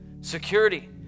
security